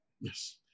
Yes